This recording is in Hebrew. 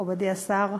מכובדי השר,